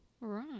right